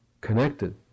connected